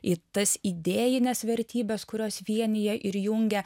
į tas idėjines vertybes kurios vienija ir jungia